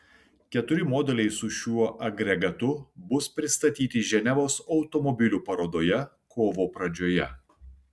keturi modeliai su šiuo agregatu bus pristatyti ženevos automobilių parodoje kovo pradžioje